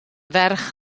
ferch